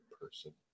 person